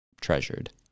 treasured